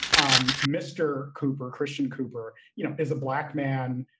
um mr. cooper, christian cooper you know is a black man